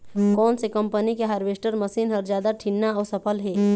कोन से कम्पनी के हारवेस्टर मशीन हर जादा ठीन्ना अऊ सफल हे?